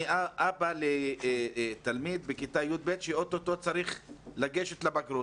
אני אבא לתלמיד בכיתה י"ב שאוטוטו צריך לגשת לבגרות,